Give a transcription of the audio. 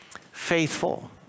Faithful